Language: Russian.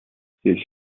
все